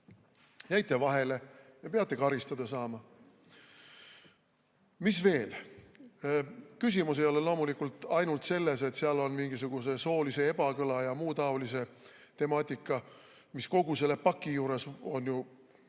jäite vahele ja peate karistada saama. Mis veel? Küsimus ei ole loomulikult ainult selles, et seal on mingisuguse soolise ebakõla ja muu taolise temaatika, millel kogu selles pakis on ju